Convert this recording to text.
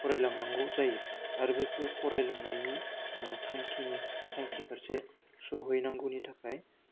फरायलांनांगौ जायो आरो बेफोर फरायलांनायनि थांखिनि थांखि फारसे सौहैनांगौनि थाखाय